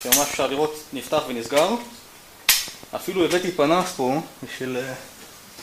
ממש אפשר לראות נפתח ונסגר אפילו הבאתי פנס פה בשביל